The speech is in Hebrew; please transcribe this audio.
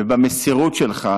ובמסירות שלך